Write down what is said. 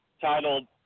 titled